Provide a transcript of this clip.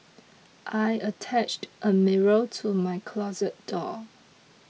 I attached a mirror to my closet door